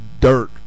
dirt